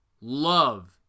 love